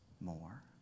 more